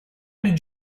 did